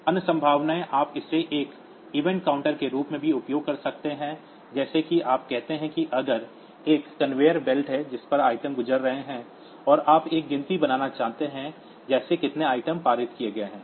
अन्य संभावनाएं आप इसे एक इवेंट काउंटर के रूप में भी उपयोग कर सकते हैं जैसे कि आप कहते हैं कि अगर एक कन्वेयर बेल्ट है जिस पर आइटम गुजर रहे हैं और आप एक गिनती बनाना चाहते हैं जैसे कितने आइटम पारित किए जाते हैं